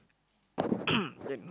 then